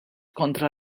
kontra